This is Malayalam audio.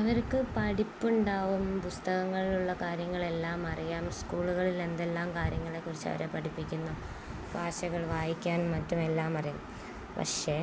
അവർക്കു പഠിപ്പുണ്ടാവും പുസ്തകങ്ങളിലുള്ള കാര്യങ്ങളെല്ലാം അറിയാം സ്കൂളുകളിൽ എന്തെല്ലാം കാര്യങ്ങളെക്കുറിച്ച് അവരെ പഠിപ്പിക്കുന്ന ഭാഷകൾ വായിക്കാൻ മറ്റുമെല്ലാം അറിയാം പക്ഷേ